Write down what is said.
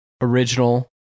original